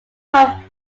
whom